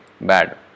bad